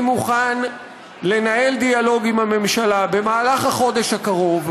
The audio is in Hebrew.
אני מוכן לנהל דיאלוג עם הממשלה במהלך החודש הקרוב,